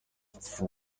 yagize